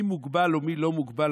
מי מוגבל או מי לא מוגבל,